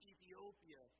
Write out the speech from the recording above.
Ethiopia